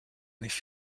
nicht